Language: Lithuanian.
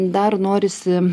dar norisi